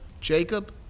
Jacob